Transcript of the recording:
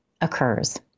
occurs